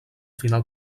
final